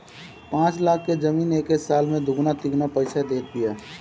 पाँच लाख के जमीन एके साल में दुगुना तिगुना पईसा देत बिया